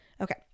Okay